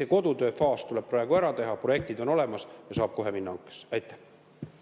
see kodutöö faas tuleb praegu ära teha, projektid on olemas ja saab kohe minna hankesse. Aitäh!